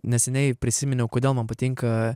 neseniai prisiminiau kodėl man patinka